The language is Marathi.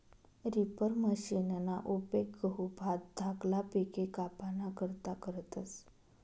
रिपर मशिनना उपेग गहू, भात धाकला पिके कापाना करता करतस